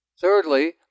Thirdly